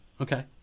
Okay